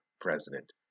president